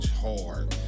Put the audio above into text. hard